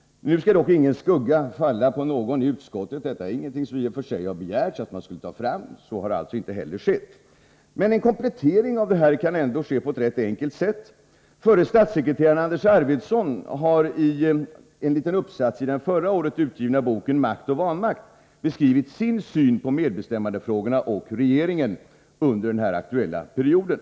Nu skall dock ingen skugga falla på någon i utskottet. Ingen har i och för sig begärt att man skall ta fram dessa uppgifter, och så har inte heller skett. Men en komplettering kan ändå ske på ett rätt enkelt sätt. Förre statssekreteraren Anders Arfwedson har i en liten uppsats i den förra året utgivna boken Makt och vanmakt beskrivit sin syn på medbestämmandefrågorna och regeringen under den aktuella perioden.